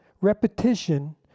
repetition